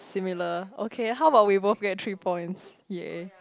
similar okay how about we work get three points